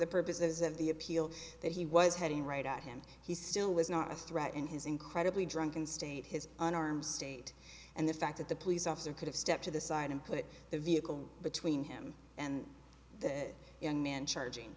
the purposes of the appeal that he was heading right at him he still was not a threat in his incredibly drunken state his an arm state and the fact that the police officer could have stepped to the side and put the vehicle between him and the young man charging